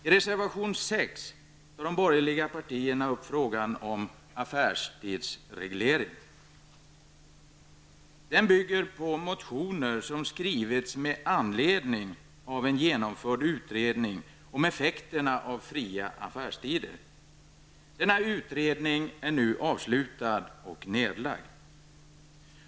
I reservation 6 tar de borgerliga partierna upp frågan om affärstidsreglering. Den bygger på motioner som skrivits med anledning av en genomförd utredning om effekterna av fria affärstider. Denna utredning är nu avslutad och nedlagd.